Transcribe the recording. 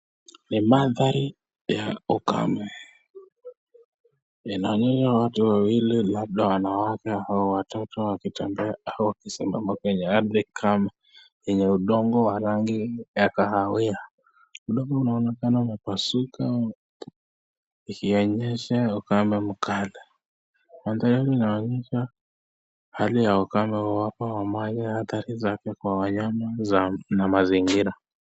Ni mandhari ya ukame. Ninaona watu wawili labda wanawake au watoto wakitembea au kusimama kwenye ardhi kavu yenye udongo ya rangi ya kahawia. Udongo unaonekana umepasuka ikionyesha ukame mkali. Hali hii inaonyesha hali ya ukame uwepo wa maji hatari zake kwa wanyama na mazingira.